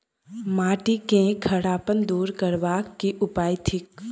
माटि केँ खड़ापन दूर करबाक की उपाय थिक?